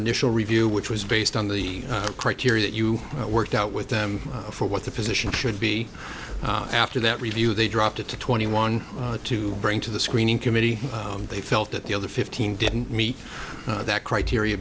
initial review which was based on the criteria that you worked out with them for what the position should be after that review they dropped it to twenty one to bring to the screening committee they felt that the other fifteen didn't meet that criteria